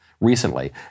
recently